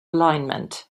alignment